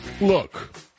Look